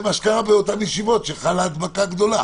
מה שקרה באותן ישיבות שחלה הדבקה גדולה.